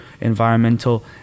environmental